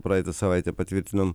praeitą savaitę patvirtinom